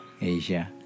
Asia